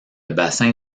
bassin